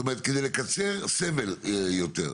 כלומר, כדי לקצר סבל יותר.